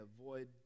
avoid